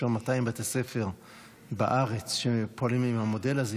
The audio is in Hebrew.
יש היום 200 בתי ספר בארץ שפועלים עם המודל הזה.